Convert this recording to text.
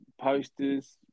posters